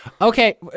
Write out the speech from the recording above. Okay